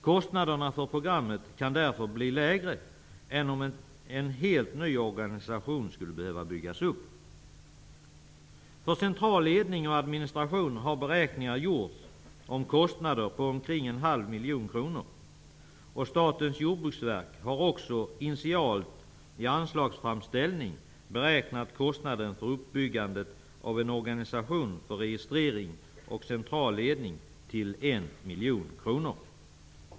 Kostnaderna för programmet kan därför blir lägre än om en helt ny organisation skulle behöva byggas upp. För central ledning och administration har beräkningar gjorts om kostnader på omkring en halv miljon kronor. Statens jordbruksverk har också initialt i anslagsframställan beräknat kostnaden för uppbyggnad av en organisation för registrering och central ledning till 1 miljon kronor.